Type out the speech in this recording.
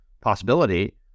possibility